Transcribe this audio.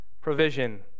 provision